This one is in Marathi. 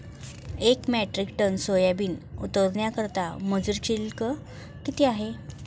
एक मेट्रिक टन सोयाबीन उतरवण्याकरता मजूर शुल्क किती आहे?